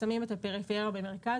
"שמים את הפריפריה במרכז",